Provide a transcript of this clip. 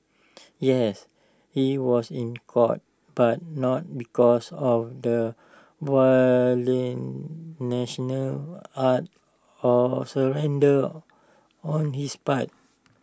yes he was in court but not because of the act of surrender on his part